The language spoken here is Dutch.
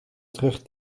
terug